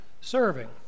serving